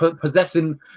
possessing